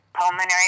pulmonary